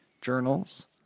Journals